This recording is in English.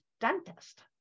dentist